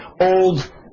old